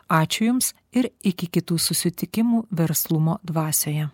ačiū jums ir iki kitų susitikimų verslumo dvasioje